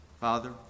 Father